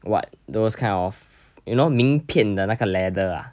what those kind of you know 名片的那个 leather ah